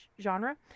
genre